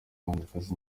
muhanzikazi